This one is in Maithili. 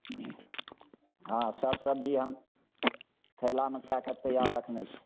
हाँ सभ सबजी हम थैलामे कए कऽ तैआर रखने छी